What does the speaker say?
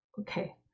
Okay